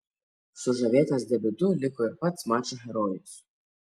sužavėtas debiutu liko ir pats mačo herojus